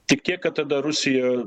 tikėk kad tada rusija